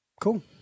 Cool